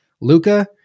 Luca